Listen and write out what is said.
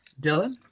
Dylan